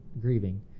grieving